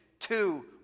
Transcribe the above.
Two